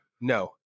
no